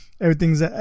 everything's